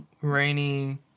rainy